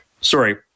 Sorry